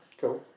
Cool